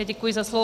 Děkuji za slovo.